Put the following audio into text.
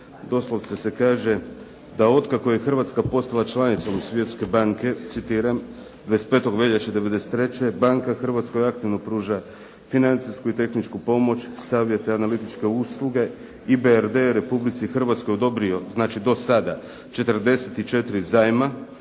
doslovce se kaže da otkako je Hrvatska postala članicom Svjetske banke, citiram: "25. veljače '93. banka Hrvatskoj aktivno pruža financijsku i tehničku pomoć, savjete, analitičke usluge." IBRD je Republici Hrvatskoj odobrio, znači do sada, 44 zajma